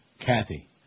Kathy